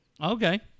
Okay